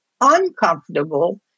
uncomfortable